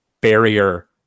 barrier